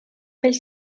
pels